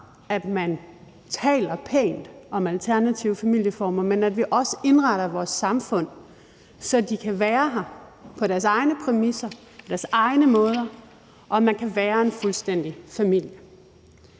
at man taler pænt om alternative familieformer, men også, at vi indretter vores samfund, så de kan være her på deres egne præmisser og deres egne måder, og at man kan være en fuldstændig familie.